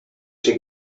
she